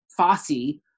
Fossey